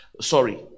sorry